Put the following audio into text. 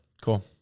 Cool